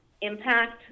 impact